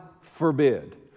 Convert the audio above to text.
forbid